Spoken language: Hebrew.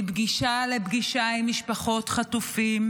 מפגישה לפגישה עם משפחות חטופים,